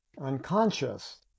unconscious